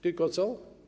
Tylko co?